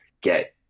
get